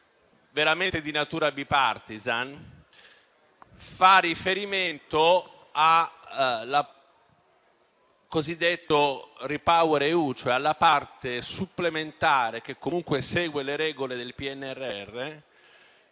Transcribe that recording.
51.200 è di natura *bipartisan* e fa riferimento al cosiddetto Repower EU, e cioè alla parte supplementare che comunque segue le regole del PNRR,